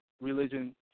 religion